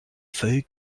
feuille